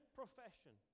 profession